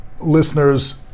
listeners